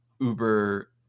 uber